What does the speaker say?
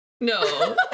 no